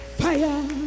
fire